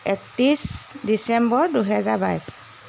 একত্ৰিছ ডিচেম্বৰ দুহেজাৰ বাইছ